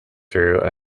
through